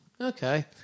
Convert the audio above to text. okay